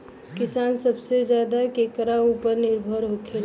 किसान सबसे ज्यादा केकरा ऊपर निर्भर होखेला?